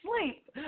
sleep